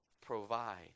provide